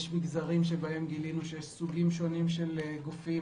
יש מגזרים שבהם גילינו שיש סוגים שונים של גופים,